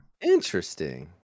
Interesting